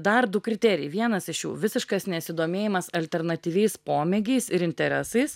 dar du kriterijai vienas iš jų visiškas nesidomėjimas alternatyviais pomėgiais ir interesais